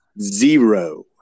Zero